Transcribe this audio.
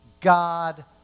God